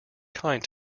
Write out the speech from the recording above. kind